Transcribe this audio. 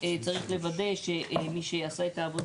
אבל שר האוצר אין לו ערך מוסף בהתייעצות